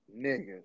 niggas